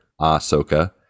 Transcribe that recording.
Ahsoka